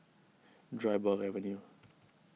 Dryburgh Avenue